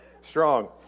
Strong